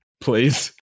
Please